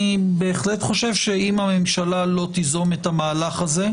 אני בהחלט חושב שאם הממשלה לא תיזום את המהלך הזה,